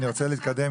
אני רוצה להתקדם,